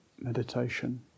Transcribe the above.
meditation